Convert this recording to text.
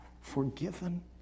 forgiven